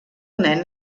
nen